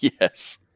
Yes